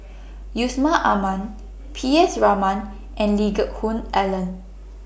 Yusman Aman P S Raman and Lee Geck Hoon Ellen